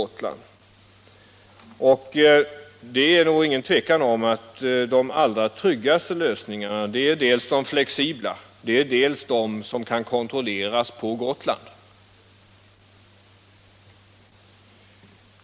Det är nog ingen tvekan om att de allra snyggaste lösningarna är dels de flexibla, dels de som kan kontrolleras på Gotland.